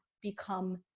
become